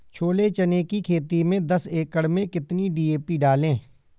छोले चने की खेती में दस एकड़ में कितनी डी.पी डालें?